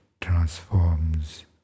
transforms